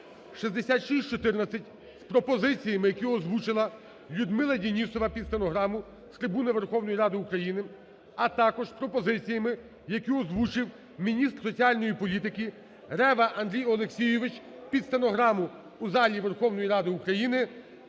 (6614) з пропозиціями, які озвучила Людмила Денісова під стенограму з трибуни Верховної Ради України, а також з пропозиціями, які озвучив міністр соціальної політики Рева Андрій Олексійович під стенограму у залі Верховної Ради України,